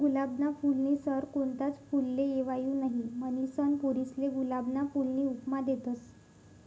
गुलाबना फूलनी सर कोणताच फुलले येवाऊ नहीं, म्हनीसन पोरीसले गुलाबना फूलनी उपमा देतस